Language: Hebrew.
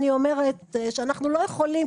אני אומרת שאנחנו לא יכולים,